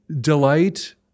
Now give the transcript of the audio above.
delight